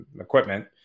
equipment